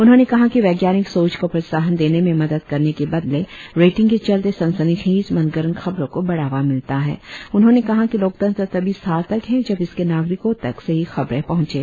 उन्होंने कहा कि वैज्ञानिक सोच को प्रोत्साहन देने में मदद करने के बदले रेटिंग के चलते सनसनीखेज मनगढ़ंत खबरों को बढ़ावा मिलता है उन्होंने कहा कि लोकतंत्र तभी सार्थक है जब इसके नागरिकों तक सही खबरें पहुंचे